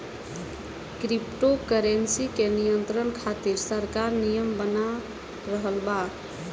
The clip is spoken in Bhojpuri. क्रिप्टो करेंसी के नियंत्रण खातिर सरकार नियम बना रहल बा